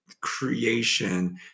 creation